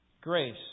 grace